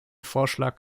vorschlag